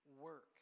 work